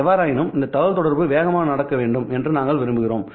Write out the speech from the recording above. எவ்வாறாயினும் இந்த தகவல்தொடர்பு வேகமாக நடக்க வேண்டும் என்று நாங்கள் விரும்புகிறோம்